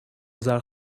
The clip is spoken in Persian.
اذر